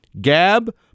Gab